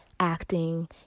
acting